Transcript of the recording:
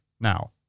now